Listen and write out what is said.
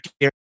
care